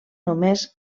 només